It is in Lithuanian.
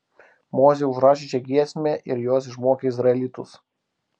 mozė užrašė šią giesmę ir jos išmokė izraelitus